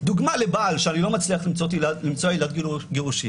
דוגמה לבעל שאני לא מצליח למצוא עילת גירושין,